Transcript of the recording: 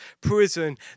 prison